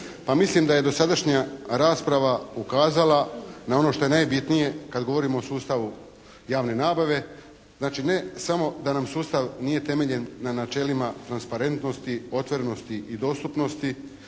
mislim da je dosadašnja rasprava ukazala na ono što je nabitnije kad govorimo o sustavu javne nabave. Znači, ne samo da nam sustav nije temeljen na načelima transparentnosti, otvorenosti i dostupnosti